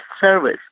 service